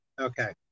Okay